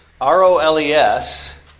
R-O-L-E-S